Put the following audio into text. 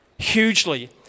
hugely